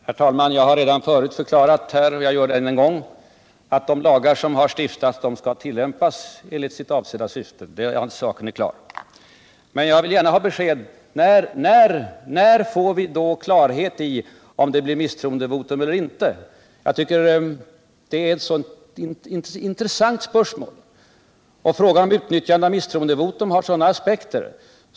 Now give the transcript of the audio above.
Herr talman! Jag har redan förut förklarat, och jag gör det än en gång, att de lagar som har stiftats skall tillämpas enligt sitt avsedda syfte. Den saken är klar. 3 Men jag vill gärna ha besked om när vi får klarhet i om det blir misstroendevotum eller inte. Jag tycker att det är en berättigad fråga, eftersom institutet misstroendevotum är så viktigt.